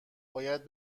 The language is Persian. باید